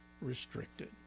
restricted